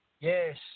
Yes